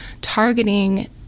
targeting